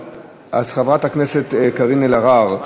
חברת הכנסת קארין אלהרר,